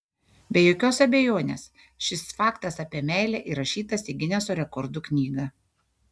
be jokios abejonės šis faktas apie meilę įrašytas į gineso rekordų knygą